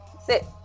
Sit